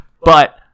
But-